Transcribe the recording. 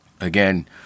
Again